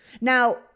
Now